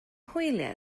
hwyliau